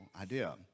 idea